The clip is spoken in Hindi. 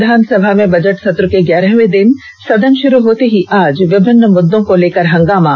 विधानसभा में बजट सत्र के ग्यारहवें दिन सदन शुरू होते ही विभिन्न मुद्दों को लेकर हंगामा